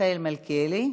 מיכאל מלכיאלי,